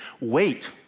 Wait